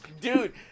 dude